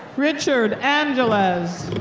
richard angeles.